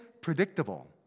predictable